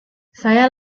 saya